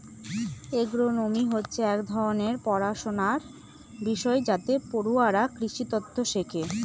agronomy হচ্ছে এক ধরনের পড়াশনার বিষয় যাতে পড়ুয়ারা কৃষিতত্ত্ব শেখে